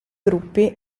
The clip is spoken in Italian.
gruppi